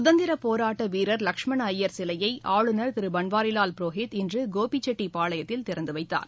சுதந்திரபோராட்டவீரர் லஷ்மணஅய்யர் சிலையைஆளுநர் திருபன்வாரிலால் புரோஹித் இன்றுகோபிச்செட்டபாளையத்தில் திறந்துவைத்தார்